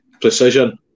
precision